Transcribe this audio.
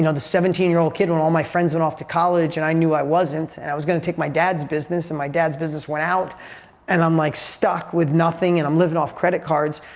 you know the seventeen year old kid when all my friends went off to college and i knew i wasn't and i was gonna take my dad's business and my dad's business went out and i'm like stuck with nothing and i'm living off credit cards.